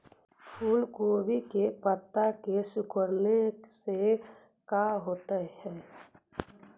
फूल गोभी के पत्ते के सिकुड़ने से का होता है?